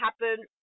happen